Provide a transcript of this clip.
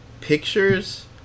pictures